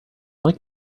like